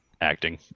acting